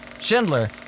Schindler